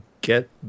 Get